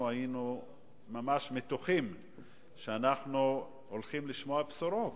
היינו ממש מתוחים שאנחנו הולכים לשמוע בשורות,